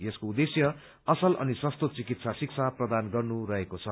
यसको उद्देश्य असल अनि सस्तो चिकित्सा शिक्षा प्रदान गर्नु रहेको छ